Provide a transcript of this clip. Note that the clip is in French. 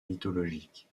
mythologiques